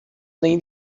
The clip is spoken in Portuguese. nem